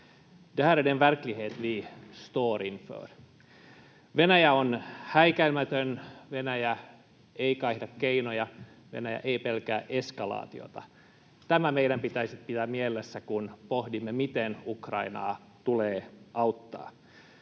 Venäjä on häikäilemätön, Venäjä ei kaihda keinoja, Venäjä ei pelkää eskalaatiota. Tämä meidän pitäisi pitää mielessä, kun pohdimme, miten Ukrainaa tulee auttaa.